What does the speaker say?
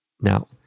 Now